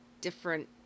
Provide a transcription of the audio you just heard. different